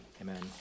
Amen